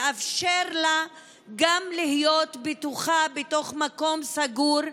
יאפשר לה לבחור להיות בטוחה בתוך מקום סגור,